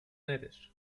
nedir